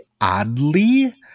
oddly